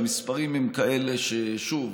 שהמספרים הם כאלה ששוב,